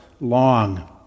long